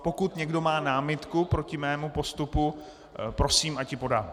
Pokud někdo má námitku proti mému postupu, prosím, ať ji podá.